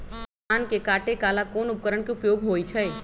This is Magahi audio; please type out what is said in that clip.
धान के काटे का ला कोंन उपकरण के उपयोग होइ छइ?